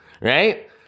right